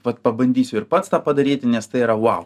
vat pabandysiu ir pats tą padaryti nes tai yra vau